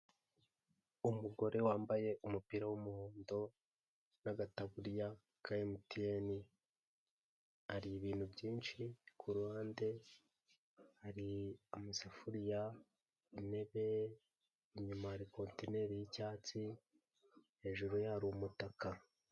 Umugore wambaye umupira w'umuhondo n'agataburiya ka MTN, ari mu ibintu byinshi, ku ruhande hari amasafuriya, intebe, inyuma hari kontineri y'icyatsi, hejuru y'aho hari umutaka.